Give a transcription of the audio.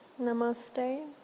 Namaste